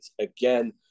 Again